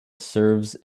serves